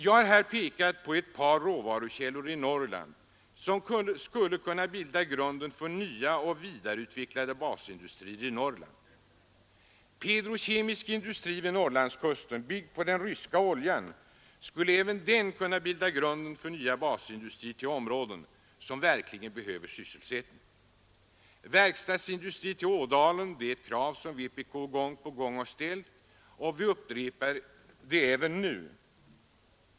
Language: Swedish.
Jag har här pekat på ett par norrländska råvarukällor som skulle kunna bilda grunden för nya och vidareutvecklade basindustrier i Norrland. Petrokemisk industri vid Norrlandskusten, byggd på den ryska oljan skulle även den kunna bilda grunden för nya basindustrier i områden som verkligen behöver sysselsättning. Verkstadsindustri till Ådalen är ett krav som vpk gång på gång har ställt, och vi upprepar det även nu.